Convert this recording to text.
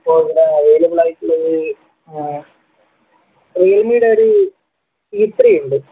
ഇപ്പോൾ ഇവിടെ അവൈലബിൾ ആയിട്ടുള്ളത് റീൽമിടെയൊരു സി ത്രീയുണ്ട്